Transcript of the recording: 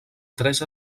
tres